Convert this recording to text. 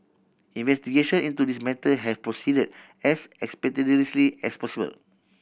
investigation into this matter have proceeded as expeditiously as possible